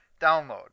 download